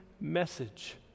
message